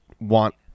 want